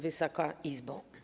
Wysoka Izbo!